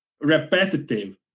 repetitive